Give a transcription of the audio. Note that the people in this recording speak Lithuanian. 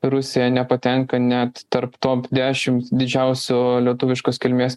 rusija nepatenka net tarp top dešims didžiausių lietuviškos kilmės